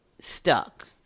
stuck